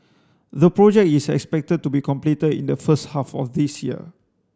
the project is expected to be completed in the first half of this year